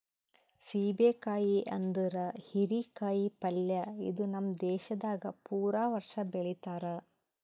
ಸೀಬೆ ಕಾಯಿ ಅಂದುರ್ ಹೀರಿ ಕಾಯಿ ಪಲ್ಯ ಇದು ನಮ್ ದೇಶದಾಗ್ ಪೂರಾ ವರ್ಷ ಬೆಳಿತಾರ್